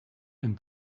and